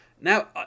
Now